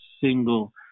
single